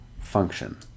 function